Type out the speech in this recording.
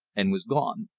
and was gone.